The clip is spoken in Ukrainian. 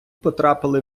потрапили